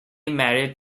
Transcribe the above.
married